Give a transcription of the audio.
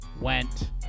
went